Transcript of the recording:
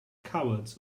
cowards